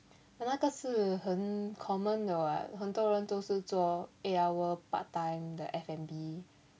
but 那个是很 common 的 [what] 很多人都是做 eight hour part time 的 F&B